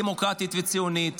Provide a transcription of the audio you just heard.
דמוקרטית וציונית.